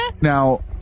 Now